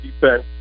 defense